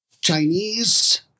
Chinese